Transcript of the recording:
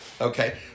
Okay